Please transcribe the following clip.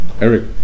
Eric